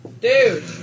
Dude